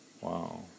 Wow